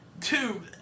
two